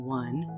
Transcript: one